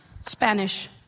Spanish